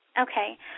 Okay